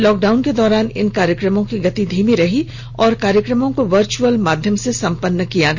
lockdown के दौरान इन कार्यक्रमों की गति धीमी रही और कार्यक्रमों को वर्चुअल माध्यम से सम्पन्न किया गया